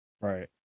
Right